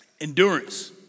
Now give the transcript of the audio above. endurance